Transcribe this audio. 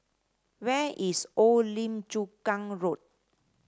where is Old Lim Chu Kang Road